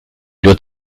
doit